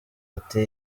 ati